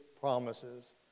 promises